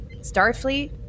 Starfleet